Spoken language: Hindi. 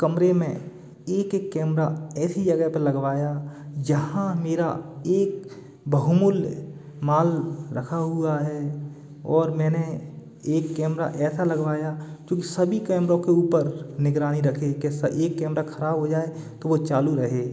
कमरे में एक एक कैमरा ऐसी जगह पर लगवाया जहाँ मेरा एक बहुमूल्य माल रखा हुआ है और मैंने एक कैमरा ऐसा लगवाया जोकि सभी कैमरों के ऊपर निगरानी रखे कैसा एक कैमरा खराब हो जाए तो वो चालू रहे